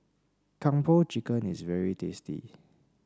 Kung Po Chicken is very tasty